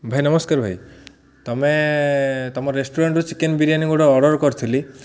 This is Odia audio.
ଭାଇ ନମସ୍କାର ଭାଇ ତମେ ତମ ରେଷ୍ଟୁରାଣ୍ଟ୍ରୁ ଚିକେନ୍ ବିରିୟାନି ଗୋଟେ ଅର୍ଡ଼ର୍ କରିଥିଲି